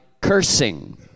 cursing